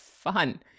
Fun